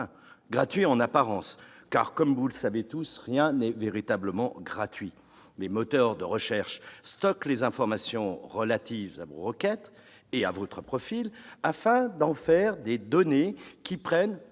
Gratuit en apparence, seulement, car, comme vous le savez tous, rien n'est jamais véritablement gratuit. Les moteurs de recherche stockent les informations relatives à vos requêtes et à votre profil, afin d'en faire des données qui prennent,